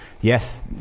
yes